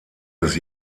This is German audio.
des